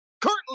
currently